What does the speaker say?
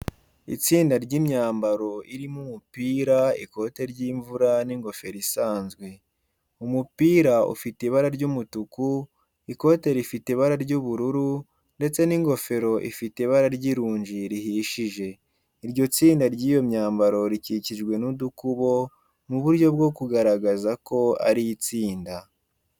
Itsinda ry'imyambaro irimo; umupira, ikote ry'imvura, n'ingofero isanzwe. Umupira ufite ibara ry'umutuku, ikote rifite ibara ry'ubururu, ndetse n'ingofero ifite ibara ry'irunji rihishije. Iryo tsinda ry'iyo myambaro rikikijwe n'udukubo mu buryo bwo kugaragaza ko ari itsinda.